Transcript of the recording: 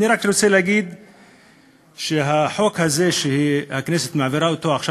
אני רק רוצה להגיד שהחוק הזה שהכנסת מעבירה עכשיו,